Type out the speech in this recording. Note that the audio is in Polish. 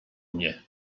mnie